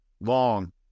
long